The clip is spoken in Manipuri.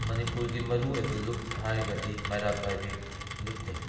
ꯃꯅꯤꯄꯨꯔꯒꯤ ꯃꯔꯨ ꯑꯣꯏꯕ ꯂꯨꯞ ꯍꯥꯏꯔꯒꯗꯤ ꯃꯩꯔꯥ ꯄꯥꯏꯕꯤ ꯂꯨꯞꯅꯤ